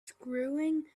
screwing